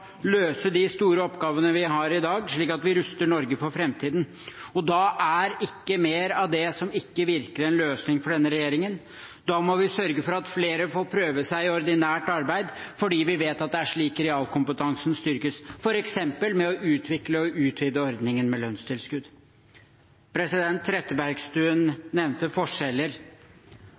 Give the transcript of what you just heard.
løse de store oppgavene vi har i dag, slik at vi ruster Norge for framtiden. Da er ikke mer av det som ikke virker, en løsning for denne regjeringen. Vi må sørge for at flere får prøve seg i ordinært arbeid, fordi vi vet at det er slik realkompetansen styrkes, f.eks. ved å utvikle og utvide ordningen med lønnstilskudd. Representanten Trettebergstuen nevnte forskjeller